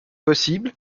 possible